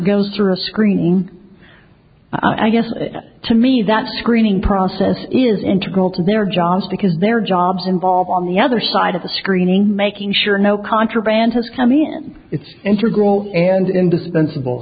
goes through a screening i guess to me that screening process is integral to their jobs because their jobs involve on the other side of the screening making sure no contraband has come in it's intergroup and indispensable